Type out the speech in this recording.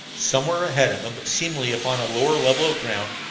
somewhere ahead of him, but seemingly upon a lower level of ground,